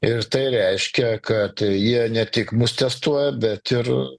ir tai reiškia kad jie ne tik mus testuoja bet ir